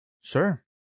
Sure